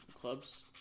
clubs